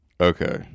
Okay